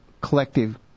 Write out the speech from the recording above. collective